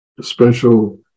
special